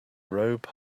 robe